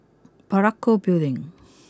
Parakou Building